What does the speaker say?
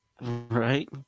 Right